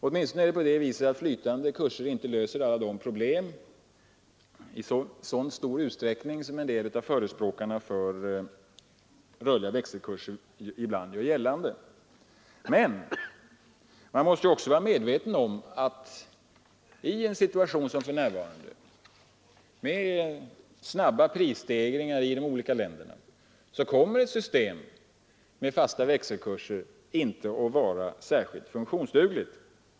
Åtminstone är det så att flytande växelkurser inte löser problem i så stor utsträckning som en del av förespråkarna för rörliga växelkurser ibland gör gällande. Men man måste ju också vara medveten om att i en situation som den nuvarande, med snabba prisstegringar i många länder, kommer ett system med fasta växelkurser inte att vara särskilt funktionsdugligt.